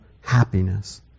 happiness